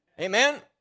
Amen